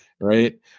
Right